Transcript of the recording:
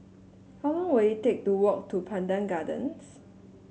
how long will it take to walk to Pandan Gardens